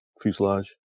fuselage